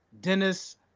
Dennis